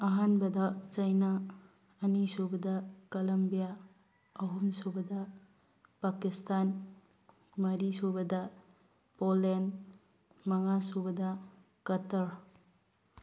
ꯑꯍꯥꯟꯕꯗ ꯆꯩꯅꯥ ꯑꯅꯤꯁꯨꯕꯗ ꯀꯂꯝꯕꯤꯌꯥ ꯑꯍꯨꯝꯁꯨꯕꯗ ꯄꯥꯀꯤꯁꯇꯥꯟ ꯃꯔꯤꯁꯨꯕꯗ ꯄꯣꯂꯦꯟ ꯃꯉꯥꯁꯨꯕꯗ ꯀꯇꯥꯔ